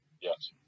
Yes